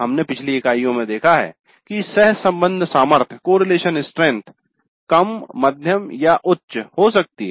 हमने पिछली इकाइयों में देखा है कि सहसंबंध सामर्थ्य कम मध्यम या उच्च हो सकती है